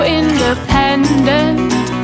independent